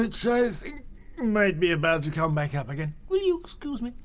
which i think might be about to come back up again. will you excuse me?